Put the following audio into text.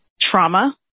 trauma